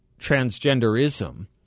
transgenderism